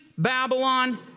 Babylon